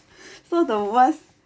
so the worst